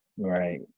right